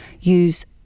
use